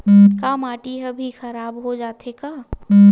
का माटी ह भी खराब हो जाथे का?